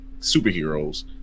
superheroes